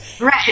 Right